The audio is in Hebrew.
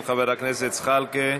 של חבר הכנסת זחאלקה.